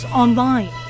online